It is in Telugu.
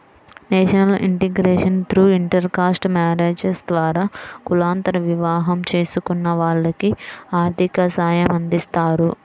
national integration through intercaste marriages ద్వారా కులాంతర వివాహం చేసుకున్న వాళ్లకి ఆర్థిక సాయమందిస్తారు